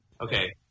Okay